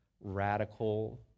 Radical